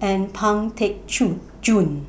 and Pang Teck Chew Joon